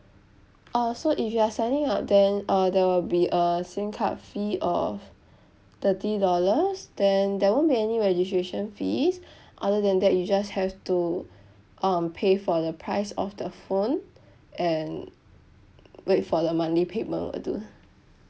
uh so if you are signing up then uh there will be a SIM card fee of thirty dollars then there won't be any registration fees other than that you just have to um pay for the price of the phone and wait for the monthly payment will do